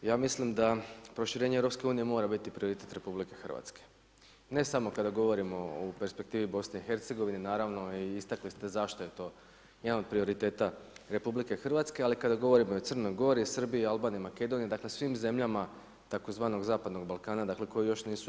Ja mislim da proširenje EU mora biti prioritet RH, ne samo kad govorimo o perspektivi BIH, naravno i istakli ste zašto je to jedan od prioriteta RH, ali kada govorimo i o Crnoj Gori, Srbiji, Albaniji, Makedoniji, dakle svim zemljama tzv. zapadnog Balkana, dakle koje još nisu u EU.